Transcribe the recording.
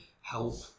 help